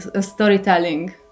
storytelling